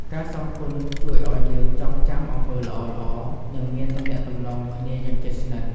ការសងគុណជួយអោយយើងចងចាំអំពើល្អៗ និងមានទំនាក់ទំនងគ្នាយ៉ាងជិតស្និត។